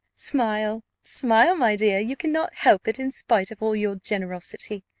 smile, smile, my dear you cannot help it in spite of all your generosity,